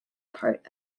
part